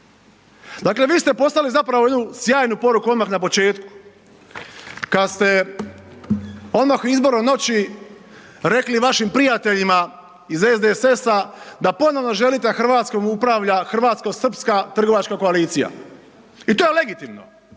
Dakle vi ste poslali zapravo jednu sjajnu poruku odmah na početku kada ste odmah u izbornoj reći rekli vašim prijateljima iz SDSS-a da ponovno želi da Hrvatskom upravlja hrvatsko-srpska trgovačka koalicija. I to je legitimno.